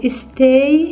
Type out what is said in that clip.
stay